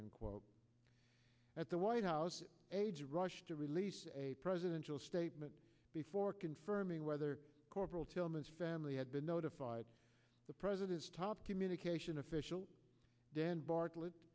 and quote at the white house aides rushed to release a presidential statement before confirming whether corporal tillman's family had been notified the president's top communication official dan bartlett